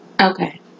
Okay